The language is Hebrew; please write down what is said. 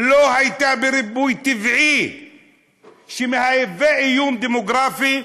לא הייתה בריבוי טבעי שמהווה איום דמוגרפי,